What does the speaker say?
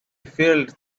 filled